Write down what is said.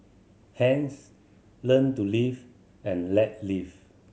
hence learn to live and let live